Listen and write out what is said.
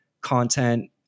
content